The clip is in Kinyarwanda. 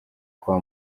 kwa